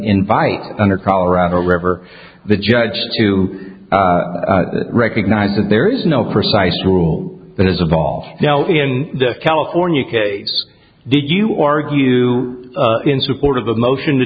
invite under colorado river the judge to recognize that there is no precise rule that has a ball now in the california case did you argue in support of the motion to